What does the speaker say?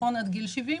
עד גיל 70,